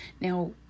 Now